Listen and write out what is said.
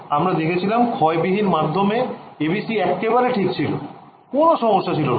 আমরা দেখেছিলাম ক্ষয় বিহীন মাধ্যমে ABC এক্কেবারে ঠিক ছিল কোন সমস্যা ছিল না